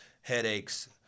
headaches